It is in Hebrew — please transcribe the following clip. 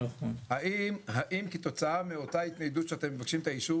האם כתוצאה מאותה התניידות שאתם מבקשים את האישור